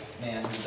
man